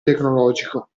tecnologico